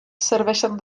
serveixen